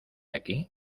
aquí